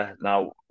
now